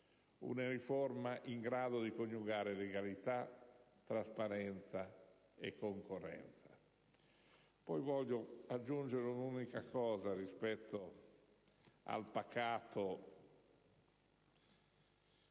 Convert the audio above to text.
una riforma in grado di coniugare legalità, trasparenza e concorrenza. Voglio aggiungere un'unica osservazione rispetto al pacato